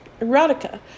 erotica